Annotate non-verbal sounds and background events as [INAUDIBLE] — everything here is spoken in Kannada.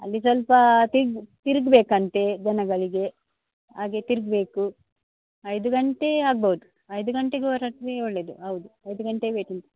ಅಲ್ಲಿ ಸ್ವಲ್ಪ ತಿರುಗ್ಬೇಕಂತೆ ಜನಗಳಿಗೆ ಹಾಗೆ ತಿರುಗ್ಬೇಕು ಐದು ಗಂಟೆ ಆಗ್ಬೌದು ಐದು ಗಂಟೆಗೆ ಹೊರಟ್ರೆ ಒಳ್ಳೆಯದು ಹೌದು ಐದು ಗಂಟೆಗೆ [UNINTELLIGIBLE]